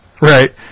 right